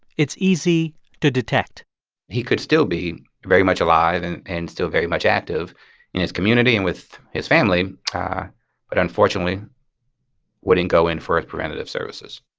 it's easy to detect he could still be very much alive and and still very much active in his community and with his family but unfortunately wouldn't go in for his preventative services